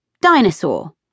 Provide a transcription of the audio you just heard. Dinosaur